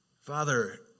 Father